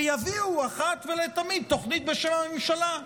ויביאו אחת ולתמיד תוכנית בשם הממשלה?